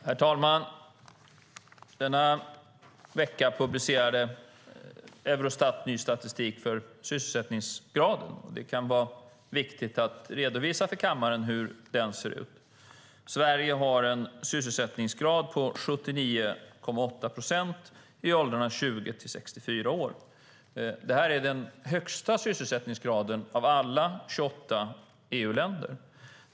Herr talman! Denna vecka publicerade Eurostat ny statistik för sysselsättningsgraden. Det kan vara viktigt att redovisa för kammaren hur den ser ut. Sverige har en sysselsättningsgrad på 79,8 procent i åldrarna 20-64 år. Det är högst av alla 28 EU-länder.